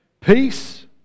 peace